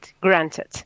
granted